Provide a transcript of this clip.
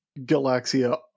Galaxia